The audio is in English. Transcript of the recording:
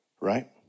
Right